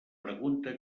pregunta